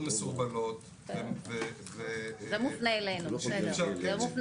מסורבלות שאי אפשר --- זה מופנה אלינו,